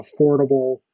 affordable